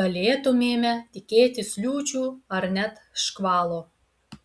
galėtumėme tikėtis liūčių ar net škvalo